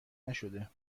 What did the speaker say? نشده